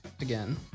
again